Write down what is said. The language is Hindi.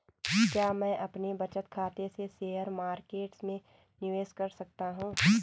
क्या मैं अपने बचत खाते से शेयर मार्केट में निवेश कर सकता हूँ?